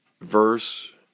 verse